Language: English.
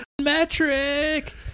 metric